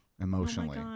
emotionally